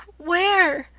where?